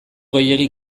gehiegi